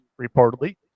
reportedly